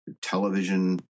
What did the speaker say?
television